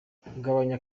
gabanya